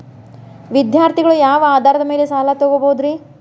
ವಿದ್ಯಾರ್ಥಿಗಳು ಯಾವ ಆಧಾರದ ಮ್ಯಾಲ ಸಾಲ ತಗೋಬೋದ್ರಿ?